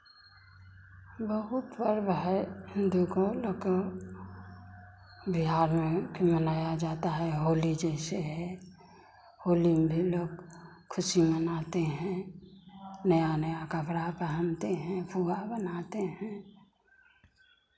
बहुत पर्व है बिहार में कि मनाया जाता है होली जैसे है होली में भी लोग खुशी मनाते हैं नया नया कपड़ा पहनते हैं पुआ बनाते हैं